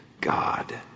God